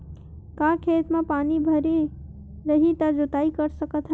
का खेत म पानी भरे रही त जोताई कर सकत हन?